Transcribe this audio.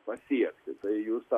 pasiekti tai jūs